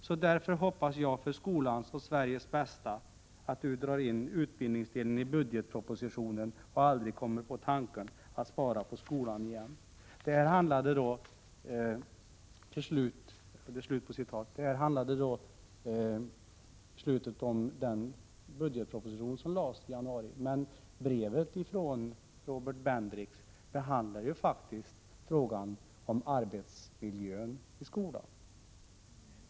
Så därför hoppas jag för skolans och Sveriges bästa att du drar in utbildningsdelen i budgetpropositionen och aldrig kommer på tanken att spara på skolan igen!” Detta handlade på slutet om den budgetproposition som lades fram i januari, men brevet från Robert Bendrix behandlar faktiskt frågan om arbetsmiljön i skolan.